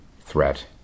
threat